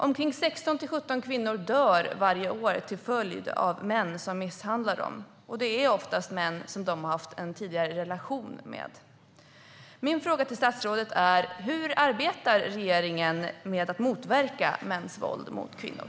Omkring 16-17 kvinnor dör varje år till följd av att män misshandlar dem. Det är oftast män som de har haft en tidigare relation med. Min fråga till statsrådet är: Hur arbetar regeringen med att motverka mäns våld mot kvinnor?